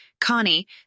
Connie